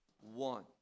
One